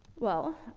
well, ah,